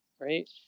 right